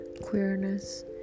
queerness